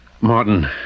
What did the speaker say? Martin